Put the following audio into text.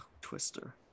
Twister